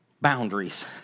boundaries